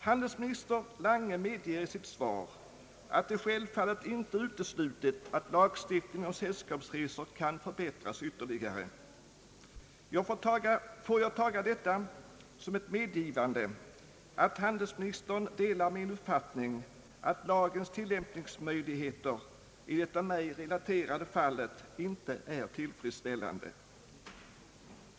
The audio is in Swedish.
Handelsminister Lange medger i sitt svar, att det självfallet inte är uteslutet att lagstiftningen om sällskapsresor kan förbättras ytterligare. Får jag ta detta som ett medgivande att handelsministern delar min uppfattning att lagens tillämpningsmöjligheter i det av mig relaterade fallet inte är tillfredsställande?